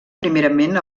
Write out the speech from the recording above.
primerament